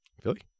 Philly